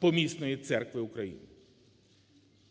Помісної Церкви України.